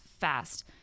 fast